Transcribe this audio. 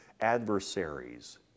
adversaries